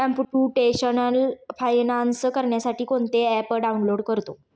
computational finance करण्यासाठी कोणते app download करतो